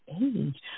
age